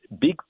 big